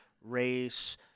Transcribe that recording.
race